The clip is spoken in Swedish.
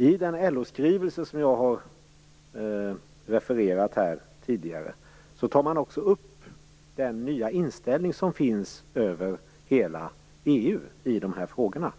I den LO-skrivelse som jag här har refererat till tidigare tar man också upp den nya inställning som finns i hela EU i dessa frågor.